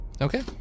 Okay